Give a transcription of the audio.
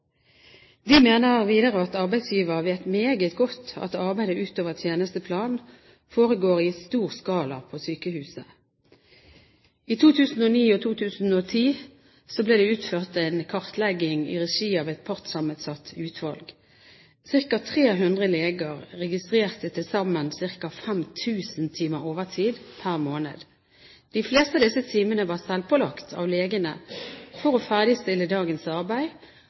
De mener videre: «Arbeidsgiver vet meget godt at arbeid utover tjenesteplan foregår i stor skala på sykehuset. Det ble i 2009 og 2010 utført en kartlegging i regi av et partssammensatt utvalg. Cirka 300 leger registrerte til sammen ca. 5 000 timer overtid per måned. De fleste av disse timene var selvpålagt av legene for å ferdigstille dagens arbeid